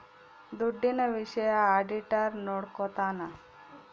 ದುಡ್ಡಿನ ವಿಷಯ ಆಡಿಟರ್ ನೋಡ್ಕೊತನ